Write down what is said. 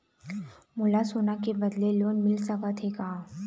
मोला सोना के बदले लोन मिल सकथे का?